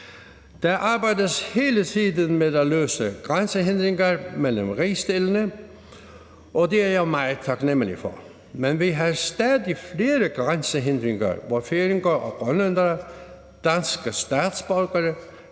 Der arbejdes hele tiden på at løse udfordringerne med grænsehindringer mellem rigsdelene, og det er jeg meget taknemlig for. Men vi har stadig flere grænsehindringer, der gør, at færinger og grønlændere, danske statsborgere,